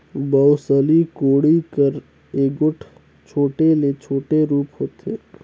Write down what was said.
बउसली कोड़ी कर एगोट छोटे ले छोटे रूप होथे